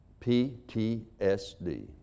PTSD